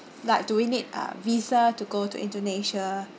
like do we need a visa to go to indonesia